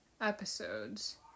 episodes